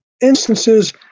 instances